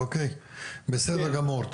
אוקיי, בסדר גמור.